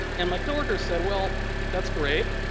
and my coworker said, well, that's great.